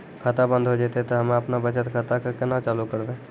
खाता बंद हो जैतै तऽ हम्मे आपनौ बचत खाता कऽ केना चालू करवै?